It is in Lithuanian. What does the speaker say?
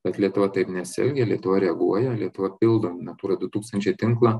bet lietuva taip nesielgia lietuva reaguoja lietuva pildo natūra du tūkstančiai tinklą